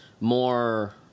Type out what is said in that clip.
more